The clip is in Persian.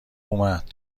اومد